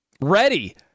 ready